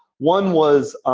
one was